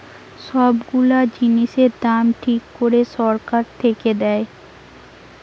সব গুলা জিনিসের দাম ঠিক করে সরকার থেকে দেয়